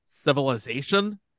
Civilization